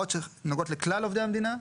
ההוראות שנוגעות לכלל עובדי המדינה,